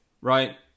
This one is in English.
right